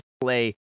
play